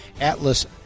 Atlas